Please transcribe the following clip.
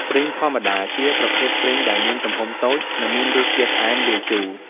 ព្រីងធម្មតា ជាប្រភេទព្រីងដែលមានទំហំតូច និងមានរសជាតិផ្អែមលាយជូរ។